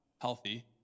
healthy